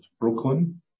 Brooklyn